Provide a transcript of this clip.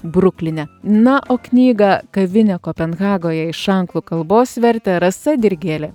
brukline na o knygą kavinė kopenhagoje iš anglų kalbos vertė rasa dirgėlė